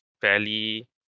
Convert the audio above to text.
fairly